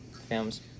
films